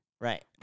Right